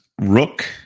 Rook